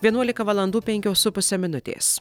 vienuolika valandų penkios su puse minutės